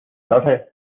tase